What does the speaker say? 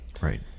Right